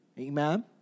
Amen